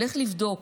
תלך לבדוק